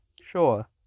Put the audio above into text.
sure